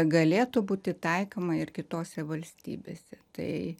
galėtų būti taikoma ir kitose valstybėse tai